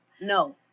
No